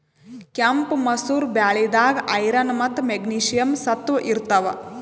ಕೆಂಪ್ ಮಸೂರ್ ಬ್ಯಾಳಿದಾಗ್ ಐರನ್ ಮತ್ತ್ ಮೆಗ್ನೀಷಿಯಂ ಸತ್ವ ಇರ್ತವ್